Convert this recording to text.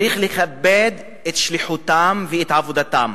צריך לכבד את שליחותם ואת עבודתם